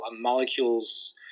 molecules